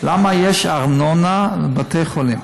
למה יש ארנונה על בתי-חולים?